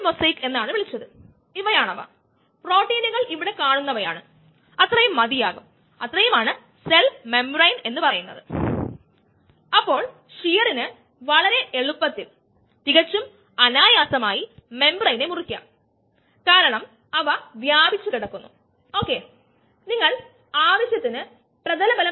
നമുക്ക് ഈ രീതിയിൽ അതു നോക്കാനും കഴിയും ഒരു ഉൽപ്പന്നം രൂപപ്പെടുന്ന സമയവുമായി താരതമ്യപ്പെടുത്തുമ്പോൾ എൻസൈം സബ്സ്ട്രേറ്റ് കോംപ്ലക്സ് ഫോർമേഷൻ വളരെ വേഗതയുള്ളതാണ് അതിനാൽ enzyme substrate complex pseudo steady സ്റ്റേറ്റിൽ ആണെന്ന് നമുക്ക് അനുമാനിക്കാം